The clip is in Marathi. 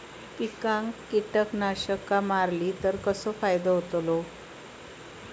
पिकांक कीटकनाशका मारली तर कसो फायदो होतलो?